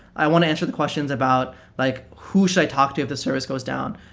i want to answer the questions about like who should i talk to if the service goes down?